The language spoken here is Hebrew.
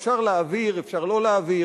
אפשר להעביר, אפשר לא להעביר,